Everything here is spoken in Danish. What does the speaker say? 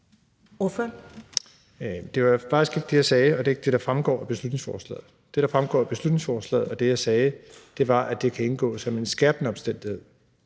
(S): Det var faktisk ikke det, jeg sagde, og det er ikke det, der fremgår af beslutningsforslaget. Det, der fremgår af beslutningsforslaget, og det, jeg sagde, var, at det kan indgå som en skærpende omstændighed.